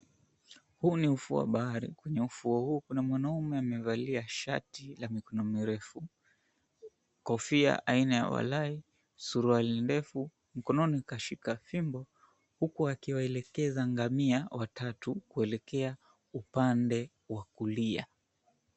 Huu ni ufuo wa bahari. Kwenye ufuo huu kuna mwanaume amevalia shati la mikono mirefu, kofia aina ya walai, suruali ndefu. Mikononi kashika fimbo huku akiwaelekeza ngamia upande wa kulia.